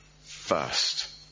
first